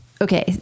okay